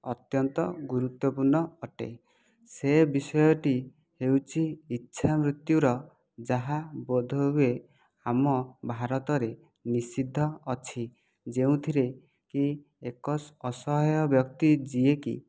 ଅତ୍ୟନ୍ତ ଗୁରୁତ୍ଵପୂର୍ଣ୍ଣ ଅଟେ ସେ ବିଷୟଟି ହେଉଛି ଇଚ୍ଛା ମୃତ୍ୟୁର ଯାହା ବୋଧ ହୁଏ ଆମ ଭାରତରେ ନିଷିଦ୍ଧ ଅଛି ଯେଉଁଥିରେକି ଏକ ଅସହାୟ ବ୍ୟକ୍ତି ଯିଏକି